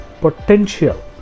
potential